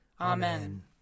Amen